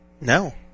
No